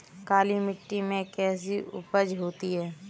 काली मिट्टी में कैसी उपज होती है?